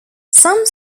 some